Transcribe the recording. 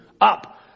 up